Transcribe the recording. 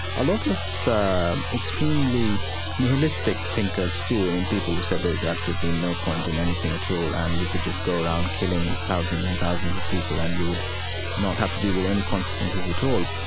a lot of extremely nihilistic thinkers, too, i mean, people who said there's absolutely no point in anything at all. and you could just go around killing thousands and thousands of people, and you would not have to deal with any consequences at all.